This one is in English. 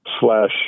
slash